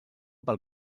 pel